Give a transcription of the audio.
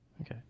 Okay